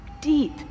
deep